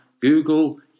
Google